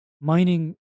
mining